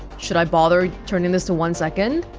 should i bother turning this to one second?